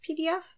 PDF